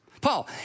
Paul